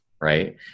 right